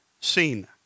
seen